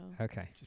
Okay